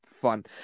fun